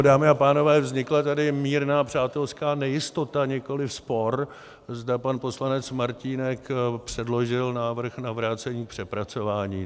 Dámy a pánové, vznikla tady mírná přátelská nejistota, nikoliv spor, zda pan poslanec Martínek předložil návrh na vrácení k přepracování.